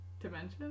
Dimensions